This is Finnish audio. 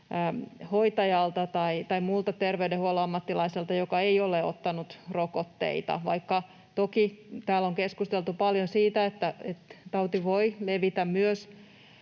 hoitajalta tai muulta terveydenhuollon ammattilaiselta, joka ei ole ottanut rokotteita. Vaikka toki täällä on keskusteltu paljon siitä, että tauti voi levitä myös,